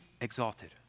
exalted